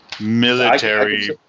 military